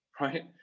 right